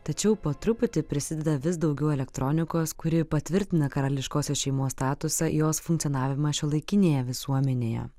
tačiau po truputį prisideda vis daugiau elektronikos kuri patvirtina karališkosios šeimos statusą jos funkcionavimą šiuolaikinėje visuomenėje